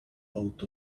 out